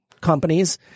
companies